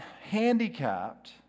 handicapped